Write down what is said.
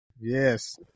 yes